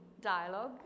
dialogue